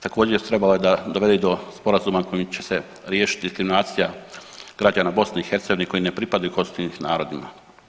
Također trebalo je da dovede i do sporazuma kojim će se riješiti diskriminacija građana BiH koji ne pripadaju konstitutivnim narodima.